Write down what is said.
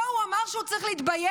לו הוא אמר שהוא צריך להתבייש?